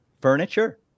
furniture